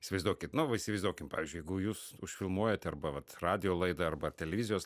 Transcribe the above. įsivaizduokit nu va įsivaizduokim pavyzdžiui jeigu jūs užfilmuojat arba vat radijo laidą arba televizijos